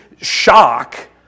shock